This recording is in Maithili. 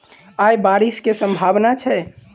आय बारिश केँ सम्भावना छै?